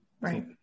Right